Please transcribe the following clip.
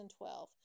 2012